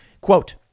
Quote